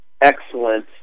excellent